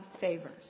favors